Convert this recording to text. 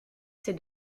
ces